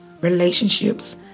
relationships